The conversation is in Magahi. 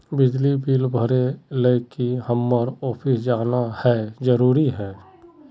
बिजली बिल भरे ले की हम्मर ऑफिस जाना है जरूरी है?